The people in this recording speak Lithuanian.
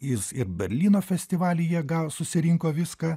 jis ir berlyno festivalyje gal susirinko viską